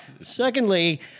Secondly